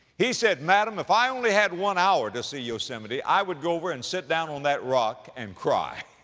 he said, madam, if i only had one hour to see yosemite, i would go over and sit down on that rock and cry,